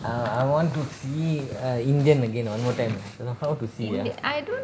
I I want to see err indian again one more err how to see ah